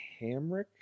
Hamrick